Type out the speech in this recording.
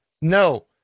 No